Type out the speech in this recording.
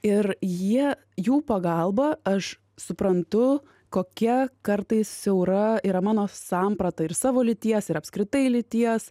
ir jie jų pagalba aš suprantu kokia kartais siaura yra mano samprata ir savo lyties ir apskritai lyties